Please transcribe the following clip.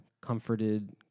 comforted